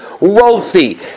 wealthy